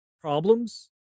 problems